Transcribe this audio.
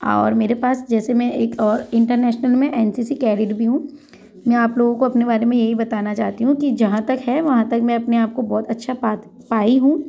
और मेरे पास जैसे मैं एक इंटरनेशनल में एन सी सी कैटेड भी हूँ मैं आप लोगों को अपने बारे में यही बताना चाहती हूँ कि जहाँ तक है वहाँ तक मैं अपने आपको बहुत अच्छा पाई हूँ